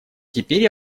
теперь